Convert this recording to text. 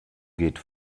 geht